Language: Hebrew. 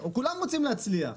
כולם רוצים להצליח.